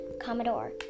Commodore